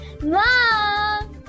Mom